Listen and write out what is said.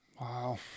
Wow